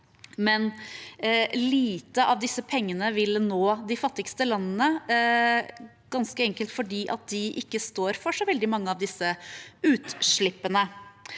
men lite av disse pengene vil nå de fattigste landene, ganske enkelt fordi de ikke står for så veldig mange av disse utslippene.